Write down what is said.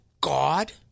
God